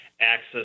access